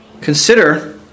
Consider